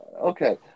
okay